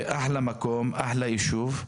אחלה מקום, אחלה יישוב.